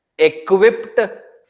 equipped